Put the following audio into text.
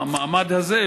במעמד הזה,